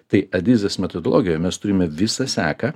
tai adizės metodologijoj mes turime visą seką